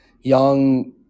young